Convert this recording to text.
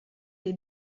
les